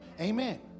Amen